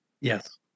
Yes